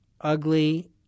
ugly